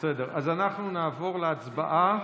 בסדר, אז אנחנו נעבור להצבעה.